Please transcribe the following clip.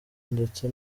ndetse